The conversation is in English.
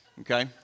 okay